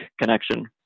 connection